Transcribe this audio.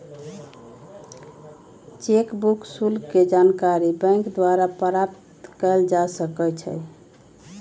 cheque book शुल्क के जानकारी बैंक द्वारा प्राप्त कयल जा सकइ छइ